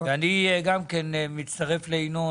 ואני גם מצטרף ליינון,